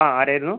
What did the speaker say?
ആ ആരായിരുന്നു